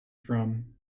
from